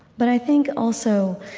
but i think, also,